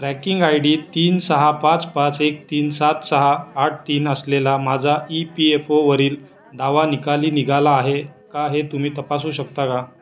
tracking I D तीन सहा पाच पाच एक तीन सात सहा आठ तीन असलेला माझा ई पी एफ ओवरील दावा निकाली निघाला आहे का हे तुम्ही तपासू शकता का